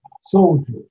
soldier